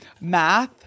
Math